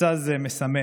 מבצע זה מסמל,